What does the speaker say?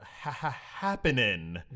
happening